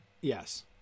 yes